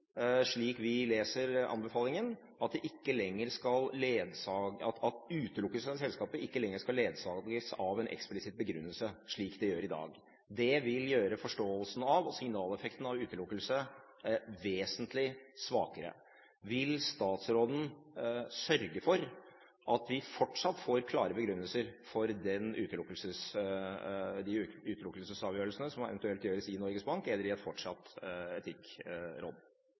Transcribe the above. at utelukkelse av selskaper ikke lenger skal ledsages av en eksplisitt begrunnelse, slik det gjøres i dag. Det vil gjøre forståelsen av og signaleffekten av utelukkelse vesentlig svakere. Vil statsråden sørge for at vi fortsatt får klare begrunnelser for de utelukkelsesavgjørelsene som da eventuelt gjøres i Norges Bank eller i et fortsatt etikkråd?